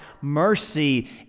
mercy